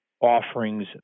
offerings